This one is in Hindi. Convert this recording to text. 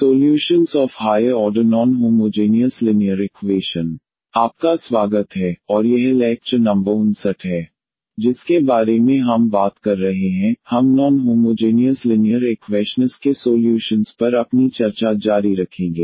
इसलिए आपका स्वागत है और यह लैक्चर नंबर 59 है जिसके बारे में हम बात कर रहे हैं हम नॉन होमोजेनियस लिनीयर इक्वैशनस के सोल्यूशंस पर अपनी चर्चा जारी रखेंगे